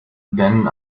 then